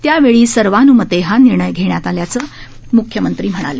त्यावेळी सर्वान्मते हा निर्णय घेण्यात आल्याचं मुख्यमंत्री म्हणाले